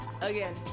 Again